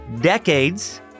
decades